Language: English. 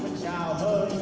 childhood